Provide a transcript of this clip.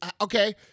Okay